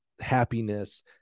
happiness